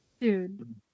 Dude